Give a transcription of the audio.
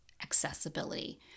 accessibility